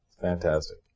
Fantastic